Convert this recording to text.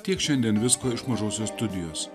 tiek šiandien visko iš mažosios studijos